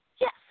Yes